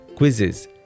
quizzes